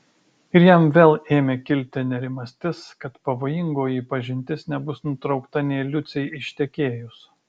ir jam vėl ėmė kilti nerimastis kad pavojingoji pažintis nebus nutraukta nė liucei ištekėjus